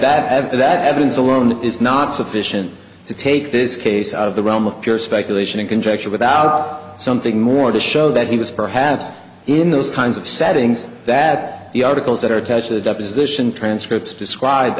that that evidence alone is not sufficient to take this case out of the realm of pure speculation and conjecture without something more to show that he was perhaps in those kinds of settings that the articles that are attached to the deposition transcripts describe